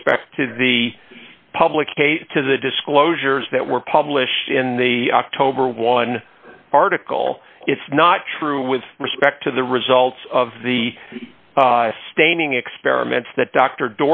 respect to the public to the disclosures that were published in the october one article it's not true with respect to the results of the staining experiments